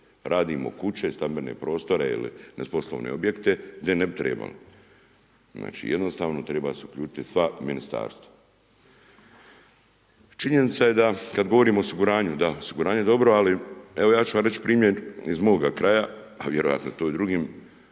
radimo kuće, stambene prostore, poslovne objekte gdje ne bi trebalo. Znači jednostavno trebaju se uključiti sva ministarstva. Činjenica je da kad govorimo o osiguranju da, osiguranje je dobro ali evo ja ću vam reći primjer iz moga kraja a vjerovatno je to i u drugim,